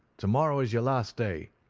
to-morrow is your last day,